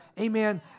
Amen